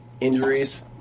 Injuries